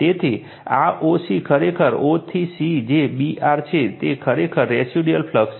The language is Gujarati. તેથી આ o c ખરેખર o થી c જે B r છે તે ખરેખર રેસિડ્યુઅલ ફ્લક્સ છે